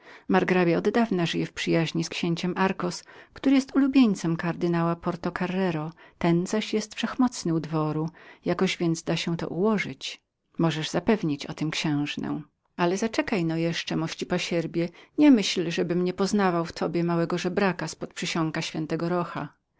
oddawna żyje w przyjaźni z księciem darcos który jest ulubieńcem kardynała porto careiro ten zaś jest wszechmocnym u dworu i jakoś da to się ułożyć możesz zapewnić o tem księżnę ale zaczekaj no jeszcze mości pasierbie nie myśl żebym niepoznawał w tobie małego żebraka z pod przysionka ś rocha